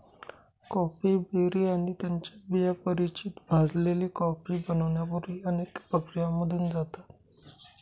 coffee berry आणि त्यांच्या बिया परिचित भाजलेली कॉफी बनण्यापूर्वी अनेक प्रक्रियांमधून जातात